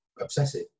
obsessive